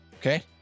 Okay